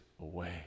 away